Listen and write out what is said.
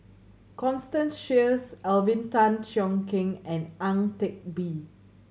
Constance Sheares Alvin Tan Cheong Kheng and Ang Teck Bee